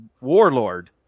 warlord